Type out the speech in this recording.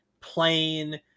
plain